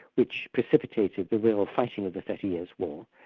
which precipitated the real fighting of the thirty years war,